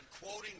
quoting